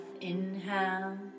inhale